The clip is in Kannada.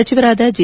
ಸಚಿವರಾದ ಜೆ